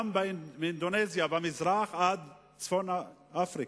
גם לאינדונזיה במזרח, עד צפון-אפריקה,